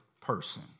person